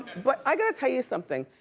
but i gotta tell you something,